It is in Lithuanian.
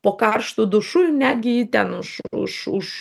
po karštu dušu netgi jį ten už už už